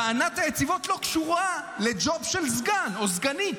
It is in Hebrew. טענת היציבות לא קשורה לג'וב של סגן או סגנית.